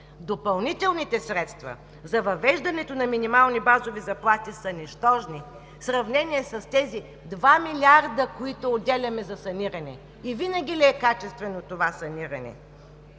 Допълнителните средства за въвеждането на минимални базови заплати са нищожни в сравнение с тези два милиарда, които отделяме за саниране. Винаги ли е качествено това саниране?